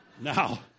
Now